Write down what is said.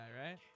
right